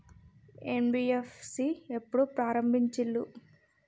NBFC ఎప్పుడు ప్రారంభించిల్లు?